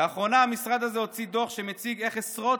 לאחרונה המשרד הזה הוציא דוח שמציג איך עשרות